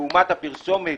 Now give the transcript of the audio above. לעומת הפרסומת